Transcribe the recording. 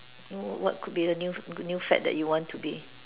oh what could be a new new fad that you want to be